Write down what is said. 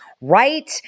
right